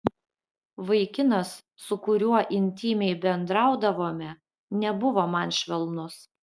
vaikinas su kuriuo intymiai bendraudavome nebuvo man švelnus